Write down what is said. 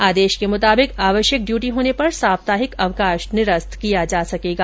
आदेश के मुताबिक आवश्यक ड्यूटी होने पर साप्ताहिक अवकाश निरस्त किया जा सकेगा